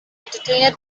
entertainer